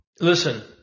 listen